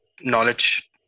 knowledge